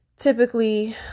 typically